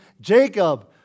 Jacob